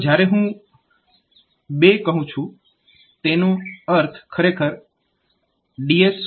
તો જ્યારે હું 2 કહું છું તેનો અર્થ ખરેખર DS2 હશે